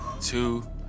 two